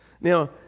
Now